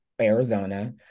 Arizona